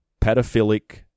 pedophilic